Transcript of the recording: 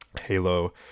Halo